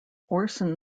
orson